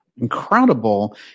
Incredible